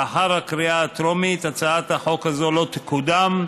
לאחר הקריאה הטרומית הצעת החוק הזאת לא תקודם,